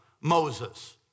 Moses